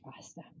faster